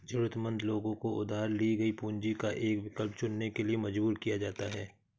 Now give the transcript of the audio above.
जरूरतमंद लोगों को उधार ली गई पूंजी का विकल्प चुनने के लिए मजबूर किया जाता है